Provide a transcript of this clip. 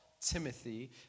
Timothy